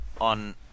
On